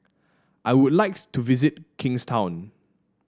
I would like to visit Kingstown